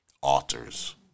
altars